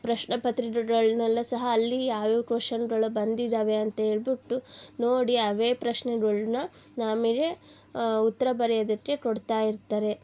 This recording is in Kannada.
ಪ್ರಶ್ನೆ ಪತ್ರಿಕೆಗಳನ್ನೆಲ್ಲ ಸಹ ಅಲ್ಲಿ ಯಾವ ಯಾವ ಕ್ವೆಶ್ಚನ್ಗಳು ಬಂದಿದವೆ ಅಂತೇಳ್ಬಿಟ್ಟು ನೋಡಿ ಅವೇ ಪ್ರಶ್ನೆಗಳ್ನ ನಮಗೆ ಉತ್ತರ ಬರೆಯೋದಕ್ಕೆ ಕೊಡ್ತಾ ಇರ್ತಾರೆ